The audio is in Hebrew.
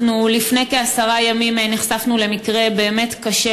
לפני כעשרה ימים נחשפנו למקרה באמת קשה